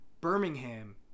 Birmingham